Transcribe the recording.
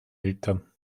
eltern